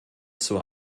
zur